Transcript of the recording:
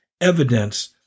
evidence